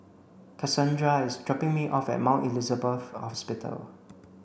Cassondra is dropping me off at Mount Elizabeth Hospital